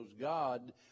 God